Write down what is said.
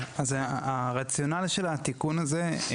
הרציונל של התיקון הזה.